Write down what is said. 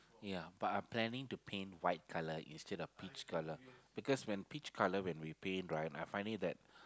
ya but I planning to paint white colour instead of peach colour because when peach colour when we paint right I find it that